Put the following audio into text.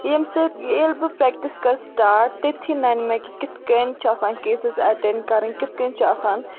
ییٚمہِ سۭتۍ ییٚلہِ بہٕ پریکٹس کَرٕ سِٹاٹ تٔتھی نَنہِ مےٚ کہِ کِتھ کٔنۍ چھِ آسان کیسِز ایٹینڈ کَرٕنۍ کِتھ کٔنۍ چھِ آسان